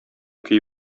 көй